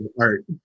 art